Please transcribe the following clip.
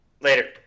later